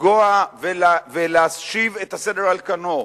לפגוע ולהשיב את הסדר על כנו,